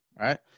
right